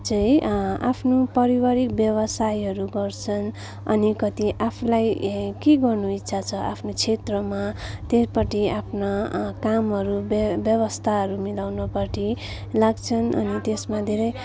चाहिँ आफ्नो पारिवारिक व्यवसायहरू गर्छन् अनि कति आफूलाई के गर्नु इच्छा छ आफ्नो क्षेत्रमा त्यहीपट्टि आफ्ना कामहरू व्य व्यवस्थाहरू मिलाउनुपट्टि लाग्छन् अनि त्यसमा धेरै